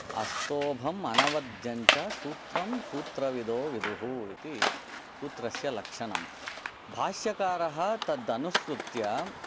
अस्तोभम् अनवद्यं च सूत्रं सूत्रविदो विदुः इति सूत्रस्य लक्षणं भाष्यकारः तद् अनुसृत्य